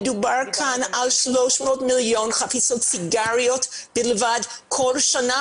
מדובר כאן על 300 מיליון חפיסות סיגריות כל שנה